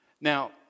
Now